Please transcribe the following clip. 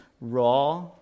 raw